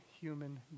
human